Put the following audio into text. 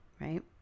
right